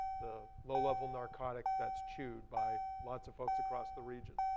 the low level narcotic that's chewed by lots of folks across the region.